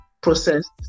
processed